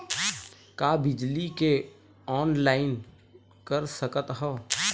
का बिजली के ऑनलाइन कर सकत हव?